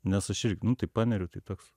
nes aš ir nu tai paneriu tai toks